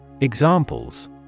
Examples